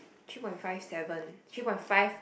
three point five seven three point five